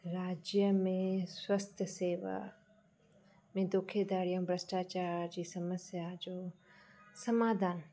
राज्य में स्वस्थ सेवा में धोखाधड़ी ऐं भ्रष्टाचार जी समस्या जो समाधान